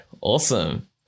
Awesome